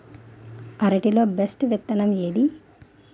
అరటి లో బెస్టు విత్తనం ఏది?